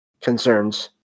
concerns